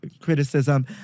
criticism